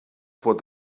fod